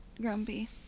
grumpy